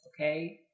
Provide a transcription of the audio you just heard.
okay